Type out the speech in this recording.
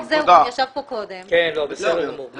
אני עוקב אחרי עבודתה ואני רואה את